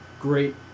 great